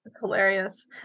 hilarious